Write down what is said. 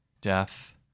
death